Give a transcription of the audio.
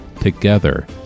Together